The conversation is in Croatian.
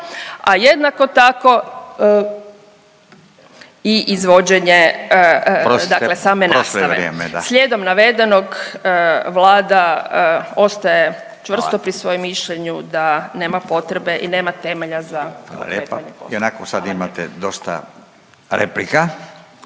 vrijeme da./… dakle same nastave. Slijedom navedenog Vlada ostaje čvrsto pri svom mišljenju da nema potrebe i nema temelja za